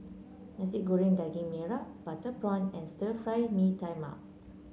Nasi Goreng Daging Merah Butter Prawn and Stir Fry Mee Tai Mak